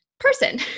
person